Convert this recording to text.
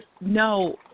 No